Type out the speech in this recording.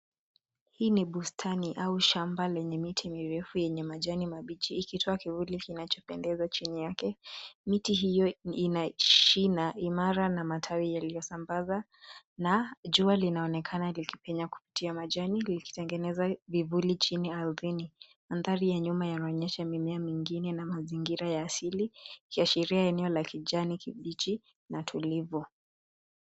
Hii ni bustani au shamba lenye miti mirefu yenye majani mabichi ikitoa kivuli kinachopendeza chini yake. Miti hiyo ina shina imara na matawi yaliyosambaza na jua linaonekena likipenya kupitia majani likitengeneza vivuli chini ardhini. Mandhari ya nyuma yanaonyesha mimea mingine na mazingira ya asili ikiashiria eneo la kijani kibichi na tulivu.